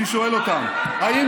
אני שואל אותם, האם